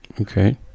Okay